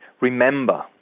remember